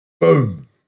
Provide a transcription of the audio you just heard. Boom